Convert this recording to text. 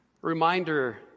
reminder